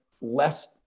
less